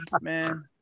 man